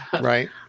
Right